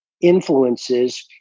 influences